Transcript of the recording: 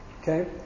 Okay